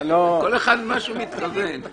וכל הניקוי שישראל עברה בשנים האחרונות יחזור,